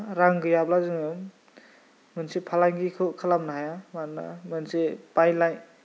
रां गैयाब्ला जोङो मोनसे फालांगिखौ खालामनो हायो मानोना मोनसे बायलाय